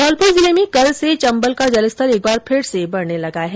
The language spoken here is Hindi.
धौलपुर जिले में कल से चम्बल का जलस्तर एक बार फिर से बढने लगा है